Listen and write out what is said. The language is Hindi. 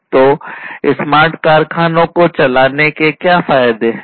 तो स्मार्ट कारखानों को चलाने के क्या फायदे हैं